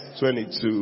22